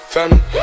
Family